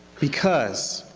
because